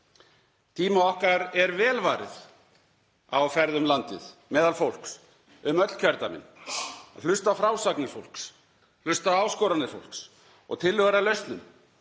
Tíma okkar er vel varið á ferð um landið meðal fólks um öll kjördæmin, hlusta á frásagnir fólks, hlusta á áskoranir fólks og tillögur að lausnum.